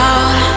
Out